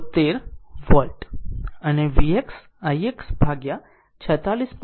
9૨ volt અને ix Vx ભાગ્યા 46